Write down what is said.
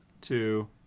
two